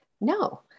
No